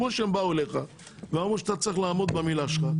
כמו שהם באו אליך ואמרו שאתה צריך לעמוד במילה שלך,